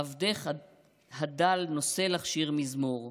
/ עבדך הדל נושא לך שיר מזמור.